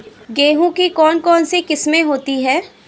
गेहूँ की कौन कौनसी किस्में होती है?